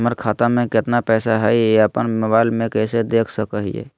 हमर खाता में केतना पैसा हई, ई अपन मोबाईल में कैसे देख सके हियई?